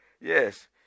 Yes